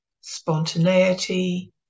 spontaneity